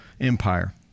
empire